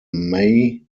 may